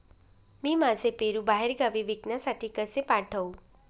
मी माझे पेरू बाहेरगावी विकण्यासाठी कसे पाठवू?